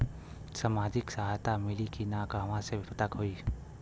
सामाजिक सहायता मिली कि ना कहवा से पता होयी?